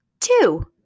Two